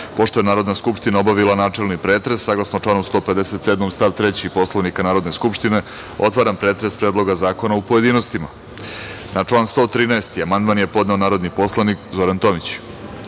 je Narodna skupština obavila načelni pretres, saglasno članu 157. stav 3. Poslovnika Narodne skupštine, otvaram pretres Predloga zakona u pojedinostima. Na član 113. amandman je podneo narodni poslanik Zoran Tomić. Vlada